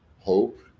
hope